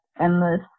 endless